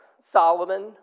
Solomon